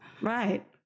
Right